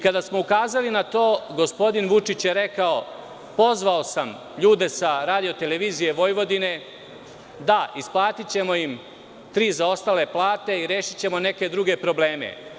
Kada smo ukazali na to, gospodin Vučić je rekao – pozvao sam ljude sa RT Vojvodine, da, isplatićemo im tri zaostale plate, i rešićemo neke druge probleme.